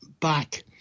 back